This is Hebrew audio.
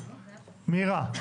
מירה?